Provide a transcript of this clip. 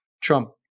Trump